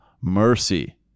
mercy